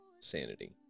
Sanity